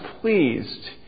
pleased